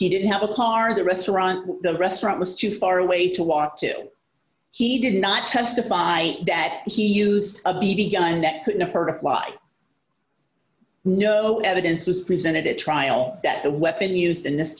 he didn't have a car the restaurant the restaurant was too far away to walk to he did not testify that he used a b b gun that could not hurt a fly no evidence was presented at trial that the weapon used in this